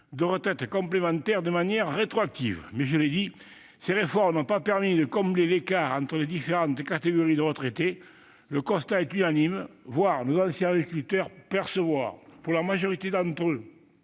de retraite complémentaire de manière rétroactive. Néanmoins, ces réformes n'ont pas permis de combler l'écart entre les différentes catégories de retraités. Le constat est unanime : voir nos anciens agriculteurs toucher, pour la majorité d'entre eux,